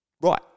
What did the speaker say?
right